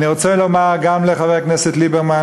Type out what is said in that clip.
אני רוצה לומר גם לחבר הכנסת ליברמן,